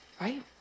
Right